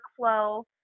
workflow